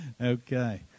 okay